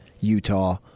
Utah